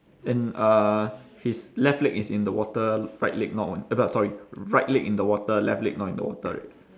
then uh his left leg is in the water right leg not on uh sorry right leg in the water left leg not in the water right